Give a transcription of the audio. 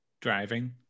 driving